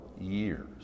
years